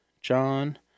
John